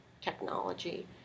technology